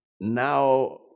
Now